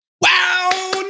Wow